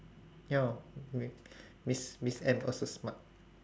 ya mi~ miss M also smart